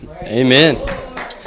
Amen